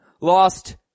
lost